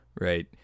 right